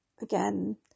again